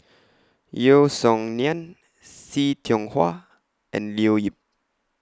Yeo Song Nian See Tiong Wah and Leo Yip